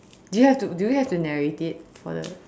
do you have to do we have to narrate it for the